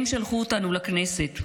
הם שלחו אותנו לכנסת.